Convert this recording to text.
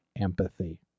empathy